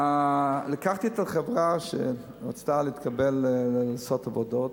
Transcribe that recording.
לקחתי את החברה שרצתה להתקבל לעשות עבודות,